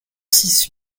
six